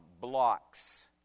blocks